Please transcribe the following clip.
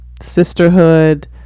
sisterhood